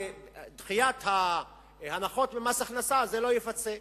ודחיית ההנחות במס הכנסה לא יפצו על זה.